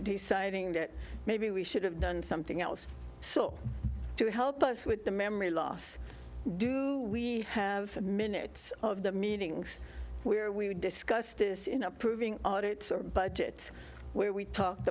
deciding that maybe we should have done something else so to help us with the memory loss do we have a minutes of the meetings where we would discuss this in approving audit budgets where we talk